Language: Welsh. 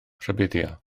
rhybuddio